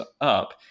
up